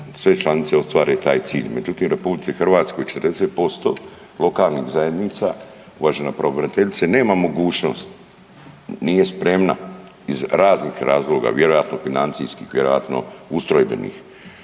sve članice ostvare taj cilj. Međutim, u Republici Hrvatskoj 40% lokalnih zajednica uvažena pravobraniteljice nema mogućnost, nije spremna iz raznih razloga vjerojatno financijskih, vjerojatno ustrojbenih